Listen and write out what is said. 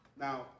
Now